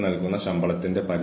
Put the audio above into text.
പ്രകടനം വിലയിരുത്തൽ